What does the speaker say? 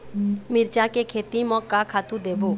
मिरचा के खेती म का खातू देबो?